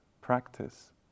practice